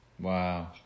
Wow